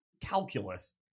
calculus